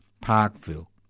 Parkville